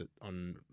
on